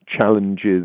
challenges